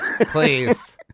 please